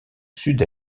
sud